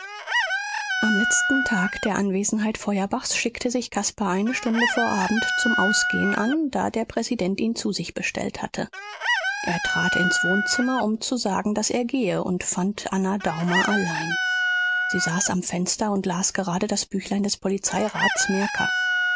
am letzten tag der anwesenheit feuerbachs schickte sich caspar eine stunde vor abend zum ausgehen an da der präsident ihn zu sich bestellt hatte er trat ins wohnzimmer um zu sagen daß er gehe und fand anna daumer allein sie saß am fenster und las gerade das büchlein des